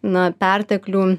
na perteklių